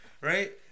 Right